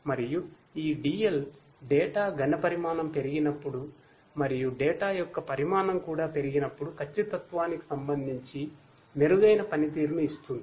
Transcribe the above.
మరియు ఈ DL data యొక్క పరిమాణం కూడాపెరిగినప్పుడుఖచ్చితత్వానికి సంబంధించి మెరుగైన పనితీరును ఇస్తుంది